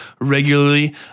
regularly